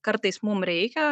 kartais mum reikia